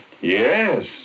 Yes